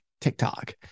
TikTok